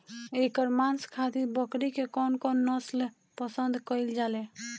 एकर मांस खातिर बकरी के कौन नस्ल पसंद कईल जाले?